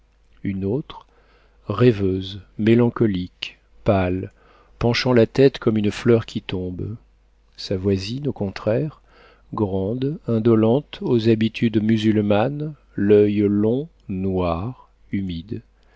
une autre rêveuse mélancolique pâle penchant la tête comme une fleur qui tombe sa voisine au contraire grande indolente aux habitudes musulmanes l'oeil long noir humide